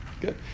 Good